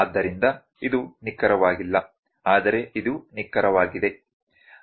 ಆದ್ದರಿಂದ ಇದು ನಿಖರವಾಗಿಲ್ಲ ಆದರೆ ಇದು ನಿಖರವಾಗಿದೆ